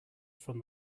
from